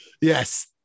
Yes